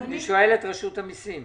אני שואל את רשות המסים.